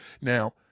Now